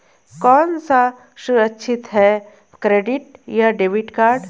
कौन सा सुरक्षित है क्रेडिट या डेबिट कार्ड?